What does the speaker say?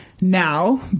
Now